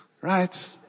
Right